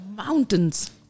Mountains